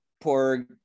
poor